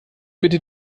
bitte